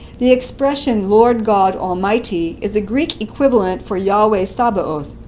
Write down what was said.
the expression lord god almighty is a greek equivalent for yahweh sabaoth.